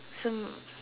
so